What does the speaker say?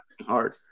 Hard